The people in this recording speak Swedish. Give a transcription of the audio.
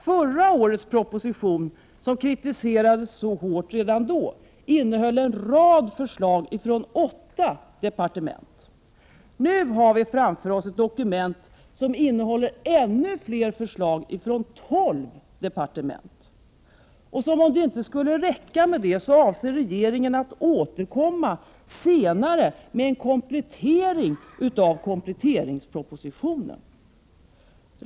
Förra årets proposition, som kritiserades så hårt redan då, innehöll en rad förslag från åtta departement. Nu har vi framför oss ett 3 dokument som innehåller ännu fler förslag från tolv departement. Som om detta inte skulle räcka avser regeringen att återkomma senare med en komplettering av kompletteringspropositionen.